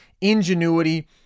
ingenuity